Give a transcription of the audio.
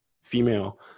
female